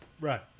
right